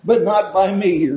but not by me